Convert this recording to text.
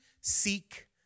seek